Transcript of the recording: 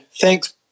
thanks